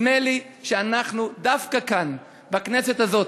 נדמה לי שאנחנו דווקא כאן, בכנסת הזאת,